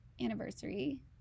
anniversary